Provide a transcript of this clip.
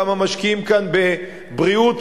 כמה משקיעים כאן בבריאות,